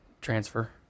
transfer